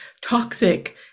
toxic